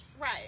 Right